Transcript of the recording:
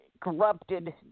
corrupted